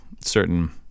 certain